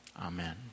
Amen